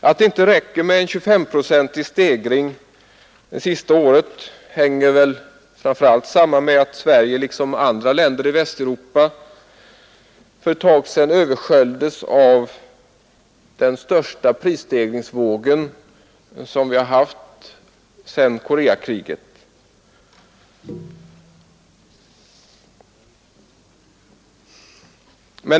Att det inte räcker med en 2S5-procentig stegring sista året hänger framför allt samman med att Sverige liksom andra länder i Västeuropa för ett tag sedan översköljdes av den största prisstegringsvåg som vi har haft sedan Koreakriget.